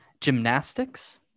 gymnastics